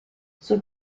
sul